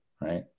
Right